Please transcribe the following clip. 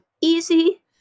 easy